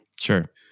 sure